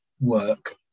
work